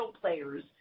players